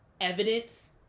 evidence